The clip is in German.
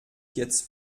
jetzt